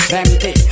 empty